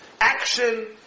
action